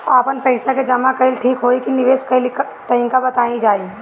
आपन पइसा के जमा कइल ठीक होई की निवेस कइल तइका बतावल जाई?